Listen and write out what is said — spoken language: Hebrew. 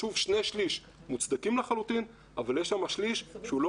שני-שלישים מוצדקים לחלוטין אבל יש שם שליש שאינו